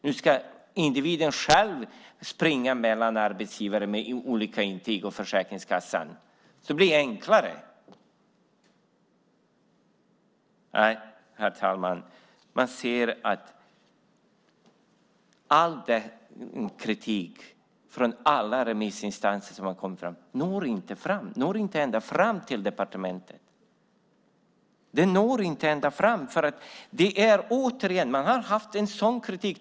Nu ska individen själv springa mellan arbetsgivare och Försäkringskassan med olika intyg, så det blir enklare. Herr talman! Man ser att inte något når fram av all den kritik från alla remissinstanser som har kommit. Det når inte ända fram till departementet. Man har kommit med kritik.